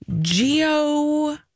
Geo